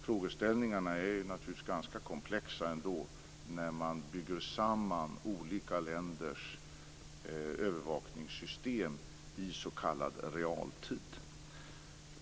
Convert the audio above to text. Frågeställningarna är naturligtvis ganska komplexa ändå när man bygger samman olika länders övervakningssystem i s.k. realtid.